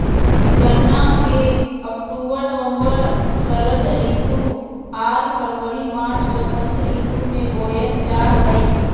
गन्ना के अक्टूबर नवम्बर षरद ऋतु आर फरवरी मार्च बसंत ऋतु में बोयल जा हइ